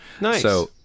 Nice